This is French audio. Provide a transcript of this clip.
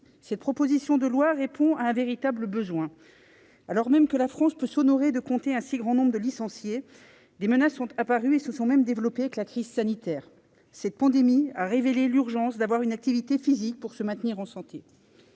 présente proposition de loi répond à un véritable besoin. Alors même que la France peut s'honorer de compter un si grand nombre de licenciés, des menaces sont apparues et se sont développées avec la crise sanitaire. La pandémie a révélé l'urgence d'avoir une activité physique pour se maintenir en bonne